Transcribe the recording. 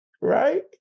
Right